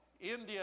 India